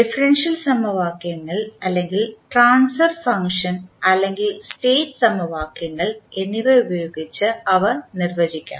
differential സമവാക്യങ്ങൾ അല്ലെങ്കിൽ transfer function അല്ലെങ്കിൽ സ്റ്റേറ്റ് സമവാക്യങ്ങൾ എന്നിവ ഉപയോഗിച്ച് അവ നിർവചിക്കാം